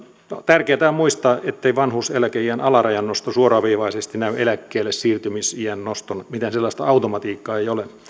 tärkeätä on muistaa ettei vanhuuseläkeiän alarajan nosto suoraviivaisesti näy eläkkeellesiirtymisiän nostona mitään sellaista automatiikkaa ei ole